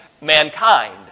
mankind